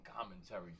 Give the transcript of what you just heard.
commentary